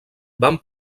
vam